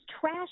trash